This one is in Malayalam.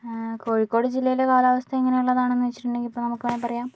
കോഴിക്കോട് ജില്ലയിലെ കാലാവസ്ഥ എങ്ങനെ ഉള്ളതാണെന്ന് ചോദിച്ചിട്ടുണ്ടെങ്കിൽ ഇപ്പോൾ നമുക്ക് വേണമെങ്കിൽ പറയാം